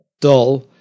dull